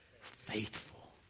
Faithful